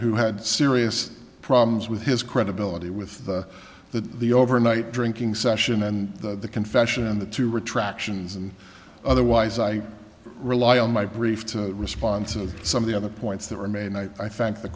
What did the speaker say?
who had serious problems with his credibility with the the over night drinking session and the confession and the two retractions and otherwise i rely on my brief to respond to some of the other points that were made and i thank the